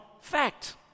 fact